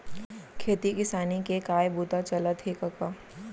खेती किसानी के काय बूता चलत हे कका?